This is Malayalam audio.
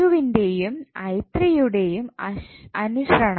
വിൻ്റെ യും യുടെയും അനുശ്രണമായി